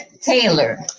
Taylor